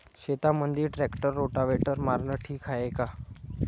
शेतामंदी tractor rotavator मारनं ठीक हाये का?